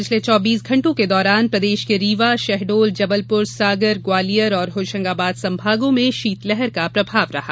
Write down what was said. पिछले चौबीस घण्टों के दौरान प्रदेश के रीवा शहडोल जबलपुर सागर ग्वालियर और होशंगाबाद संभागों में शीतलहर का प्रभाव रहा